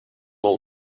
all